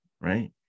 right